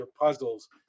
puzzles